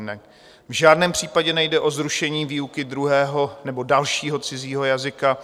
V žádném případě nejde o zrušení výuky druhého nebo dalšího cizího jazyka.